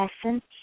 essence